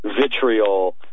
vitriol